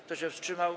Kto się wstrzymał?